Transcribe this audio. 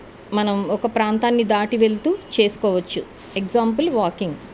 మనం ఒక ప్రాంతాన్ని దాటి వెళుతు చేసుకోవచ్చు ఎగ్జాంపుల్ వాకింగ్